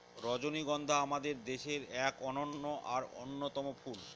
রজনীগন্ধা আমাদের দেশের এক অনন্য আর অন্যতম ফুল